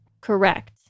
correct